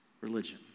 religion